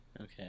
Okay